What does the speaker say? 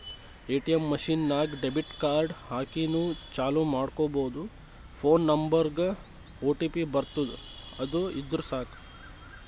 ATM machine ನಾಗ್ debit card ಹಾಕಿನೂ ಚಾಲೂ ಮಾಡ್ಕೊಬೋದು ಫೋನ್ ನಂಬರ್ಗ್ ಒಟಿಪಿ ಬರ್ತುದ್ ಅದು ಇದ್ದುರ್ ಸಾಕು